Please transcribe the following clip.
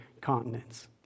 continents